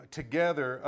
together